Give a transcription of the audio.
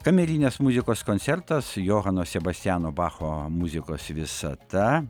kamerinės muzikos koncertas johano sebastiano bacho muzikos visata